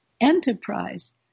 enterprise